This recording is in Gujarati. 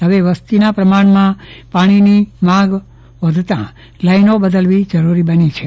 હવે વસ્તીના પ્રમાણમાં પાણીની માંગ વધતા લાઈનો બદલવી જરૂરી બની છે